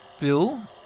Bill